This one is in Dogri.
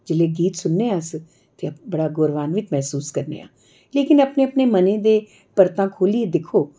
जिसले गीत सुनने आं अस ते बड़ा गौरवान्वित मैहसूस करने आं लेकिन अपने अपने मनै दे परता खोलियै दिक्खो